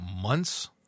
months